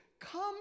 Come